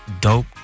dope